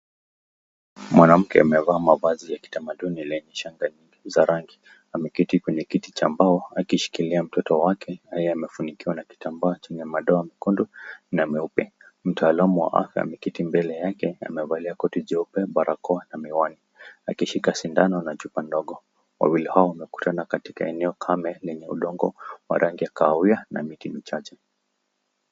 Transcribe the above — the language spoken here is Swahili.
Mwanamke amaevaa mavazi ya kitamaduni lenye shanga za rangi. Ameketi kwenye kiti cha mbao akishikilia mtoto wake haya amefunikiwa na kitambaa chenye madoa mekundu na meupe , mtaalamu wa afya ameketi mbele yake amevalia koti jeupe ,barakoa na miwani, akishika chupa ndogo na sindano. Wawili hao wamepatana kwenye eneo kame lenye udongo wa rangi ya kahawia na miti michache.